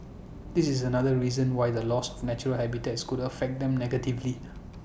that is another reason why the loss of natural habitats could affect them negatively